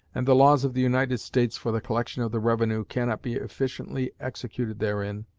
and the laws of the united states for the collection of the revenue cannot be efficiently executed therein,